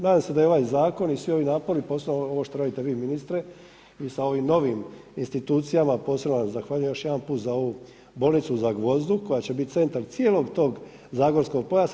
Nadam se da je ovaj zakon i svi ovi napori posebno ovo što radite vi ministre i sa ovim novim institucijama posebno vam zahvaljujem još jedan put za ovu bolnicu u Zagvozdu koja će biti centar cijelog tog zagorskog pojasa.